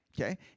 Okay